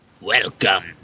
Welcome